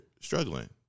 struggling